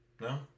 No